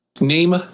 name